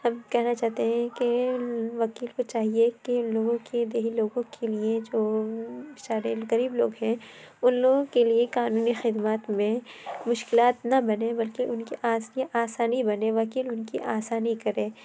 ہم کہنا چاہتے کہ وکیل کو چاہیے کہ لوگوں کی دیہی لوگوں کے لیے جو بیچارے غریب لوگوں ہیں اُن لوگوں کے لیے قانونی خدمات میں مشکلات نہ بنیں بلکہ اُن کے آسانی بنیں وکیل اُن کی آسانی کرے